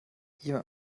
jemand